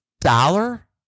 dollar